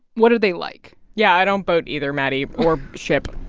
what are they like? yeah, i don't boat either, maddie, or ship,